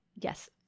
Yes